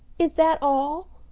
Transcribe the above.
is that all?